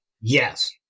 Yes